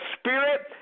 Spirit